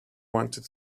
wanted